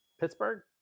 Pittsburgh